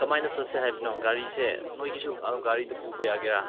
ꯀꯃꯥꯏꯅ ꯆꯠꯁꯦ ꯍꯥꯏꯕꯅꯣ ꯒꯥꯔꯤꯁꯦ ꯅꯣꯏꯒꯤꯁꯨ ꯒꯥꯔꯤꯗꯨ ꯄꯨꯕ ꯌꯥꯒꯦꯔꯥ